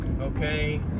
okay